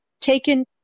taken